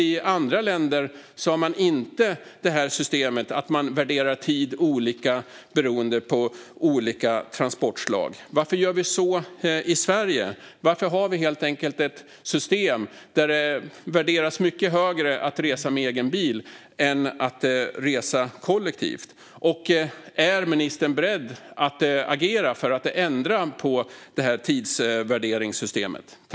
I andra länder har man inte detta system, alltså att man värderar tid olika beroende på transportslag. Varför gör vi så i Sverige? Varför har vi ett system där det värderas mycket högre att resa med egen bil än att resa kollektivt? Och är ministern beredd att agera för att ändra på tidsvärderingssystemet?